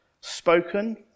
spoken